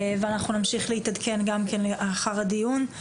נמשיך להתעדכן לאחר הדיון.